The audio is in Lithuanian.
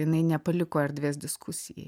jinai nepaliko erdvės diskusijai